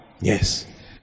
yes